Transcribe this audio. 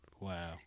Wow